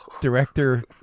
director